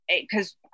because-